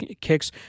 kicks